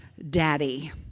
daddy